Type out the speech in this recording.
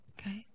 okay